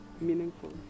meaningful